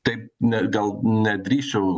taip ne gal nedrįsčiau